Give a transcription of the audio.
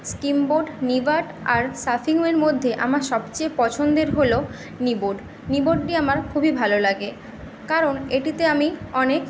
skimboard kneeboard আর সাফিংওয়ের মধ্যে আমার সবচেয়ে পছন্দের হল নিবোর্ড নিবোর্ড দিয়ে আমার খুবই ভালো লাগে কারণ এটিতে আমি অনেক